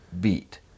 beat